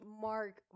Mark